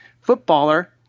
footballer